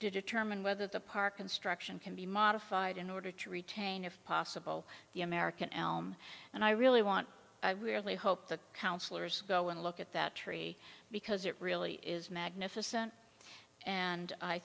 to determine whether the park construction can be modified in order to retain if possible the american elm and i really want hope the councillors go and look at that tree because it really is magnificent and i